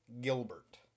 Gilbert